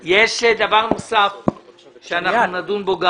הדיון שאנחנו מקיימים עכשיו הוא דיון